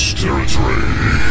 territory